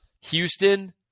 Houston